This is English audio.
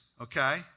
okay